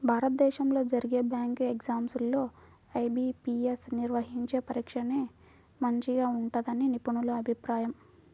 భారతదేశంలో జరిగే bank exams లో ఐ.బీ.పీ.యస్ నిర్వహించే పరీక్షనే మంచిగా ఉంటుందని నిపుణుల అభిప్రాయం